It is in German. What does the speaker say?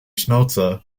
schnauze